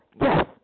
yes